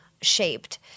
shaped